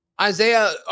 Isaiah